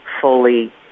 fully